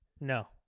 no